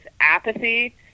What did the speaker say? apathy